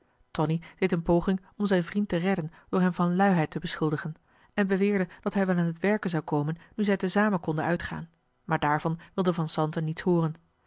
tonie deed een poging om zijn vriend te redden door hem van luiheid te beschuldigen en beweerde dat hij wel aan het werken zou komen nu zij te zamen konden uitgaan maar daarvan wilde van zanten niets hooren